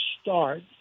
start